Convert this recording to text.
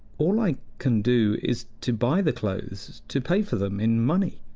all i can do is to buy the clothes to pay for them in money.